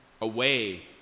away